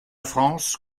france